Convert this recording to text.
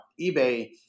eBay